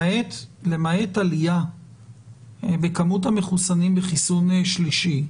למעט עלייה בכמות המחוסנים בחיסון שלישי,